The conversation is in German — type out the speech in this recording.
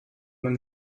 man